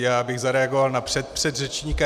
Já bych zareagoval na předpředřečníka.